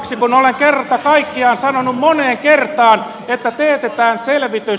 olen kerta kaikkiaan sanonut moneen kertaan että teetetään selvitys